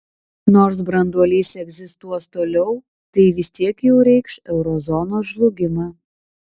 nors branduolys egzistuos toliau tai vis tiek jau reikš euro zonos žlugimą